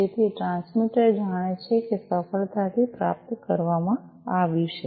તેથી ટ્રાન્સમીટર જાણે છે કે સફળતાથી પ્રાપ્ત કરવામાં આવ્યું છે